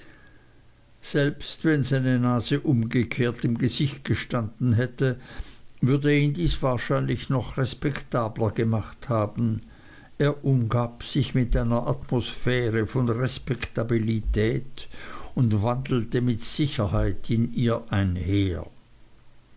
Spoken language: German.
selbst wenn seine nase umgekehrt im gesicht gestanden hätte würde ihn dies wahrscheinlich noch respektabler gemacht haben er umgab sich mit einer atmosphäre von respektabilität und wandelte mit sicherheit in ihr einher